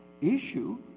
issue